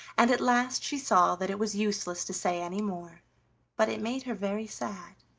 and at last she saw that it was useless to say any more but it made her very sad.